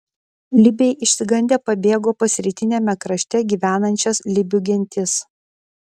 libiai išsigandę pabėgo pas rytiniame krašte gyvenančias libių gentis